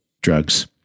drugs